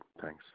Thanks